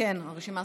ההיסטוריים